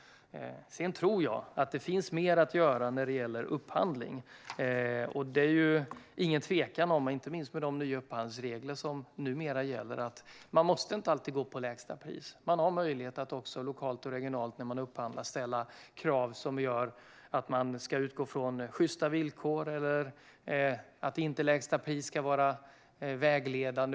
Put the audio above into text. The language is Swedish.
Sedan tror jag att det finns mer att göra när det gäller upphandling. Det är ingen tvekan om, inte minst med de nya upphandlingsregler som nu gäller, att man inte alltid måste gå på lägsta pris. Man har möjlighet att lokalt och regionalt när man upphandlar ställa krav på att man ska utgå från sjysta villkor och att lägsta pris inte ska vara vägledande.